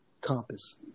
compass